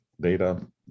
data